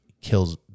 kills